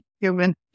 Human